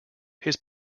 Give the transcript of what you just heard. his